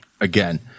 again